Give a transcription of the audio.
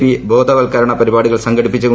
P ബോധവല്ക്കരണ പരിപാടികൾ സംഘടിപ്പിച്ചു ബി